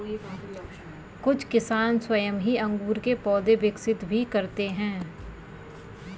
कुछ किसान स्वयं ही अंगूर के पौधे विकसित भी करते हैं